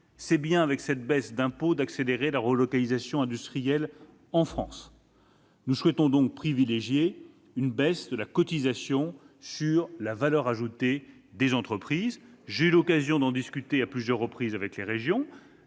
puisque notre objectif est d'accélérer la relocalisation industrielle en France. Nous souhaitons privilégier une baisse de la cotisation sur la valeur ajoutée des entreprises (CVAE). J'ai eu l'occasion d'en discuter à plusieurs reprises avec les régions.